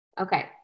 Okay